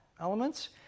elements